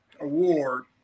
award